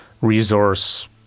resource